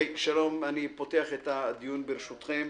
שלום, אני פותח את הדיון ברשותכם,